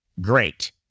Great